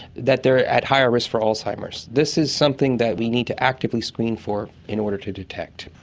that they are at higher risk for alzheimer's. this is something that we need to actively screen for in order to detect.